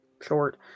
short